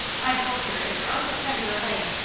i told her if her uncle sent her away,